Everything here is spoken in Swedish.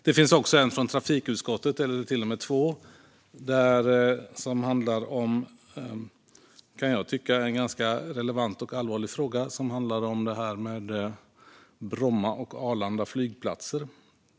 Det finns också en, eller till och med två, från trafikutskottet som handlar om något som jag kan tycka är en ganska relevant och allvarlig fråga, nämligen Bromma flygplats och Arlanda.